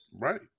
Right